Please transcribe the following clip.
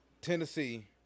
Tennessee